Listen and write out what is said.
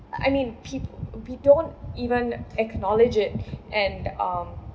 I mean peop~ we don't even acknowledge it and um